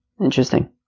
Interesting